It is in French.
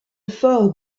fort